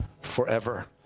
forever